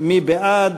מי בעד?